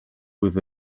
with